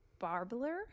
Barbler